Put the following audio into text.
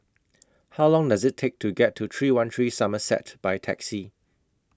How Long Does IT Take to get to three one three Somerset By Taxi